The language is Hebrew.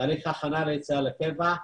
תהליך ההכנה ליציאה לקבע,